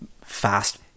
fast